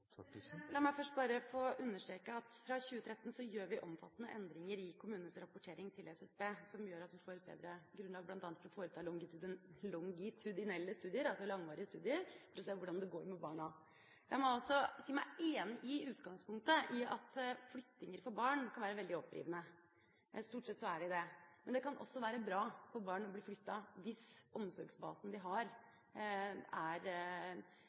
La meg først bare få understreke at fra 2013 gjør vi omfattende endringer i kommunenes rapportering til SSB, som gjør at vi får et bedre grunnlag bl.a. for å foreta longitudinelle studier, altså langvarige studier, for å se hvordan det går med barna. Jeg må også si meg enig i utgangspunktet, at flyttinger kan være veldig opprivende for barn, og stort sett er de det. Men det kan også være bra for barn å bli flyttet hvis omsorgsbasen de har, er